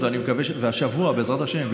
בעזרת השם,